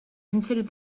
considered